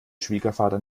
schwiegervater